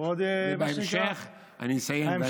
ובהמשך אני אסיים.